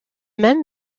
même